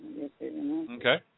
Okay